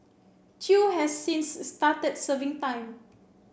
chew has since started serving time